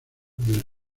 del